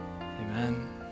Amen